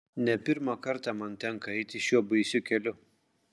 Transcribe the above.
ne pirmą kartą man tenka eiti šiuo baisiu keliu